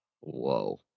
whoa